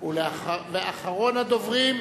אחרון הדוברים,